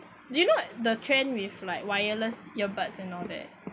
do you know the trend with like wireless earbuds and all that